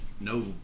no